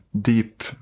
deep